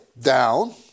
Down